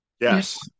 Yes